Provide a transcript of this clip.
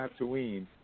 Tatooine